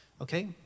okay